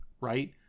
right